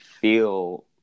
feel